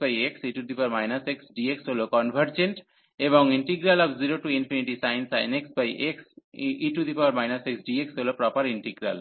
xe x dx হল convergent এবং 0sin x xe x dx হল প্রপার ইন্টিগ্রাল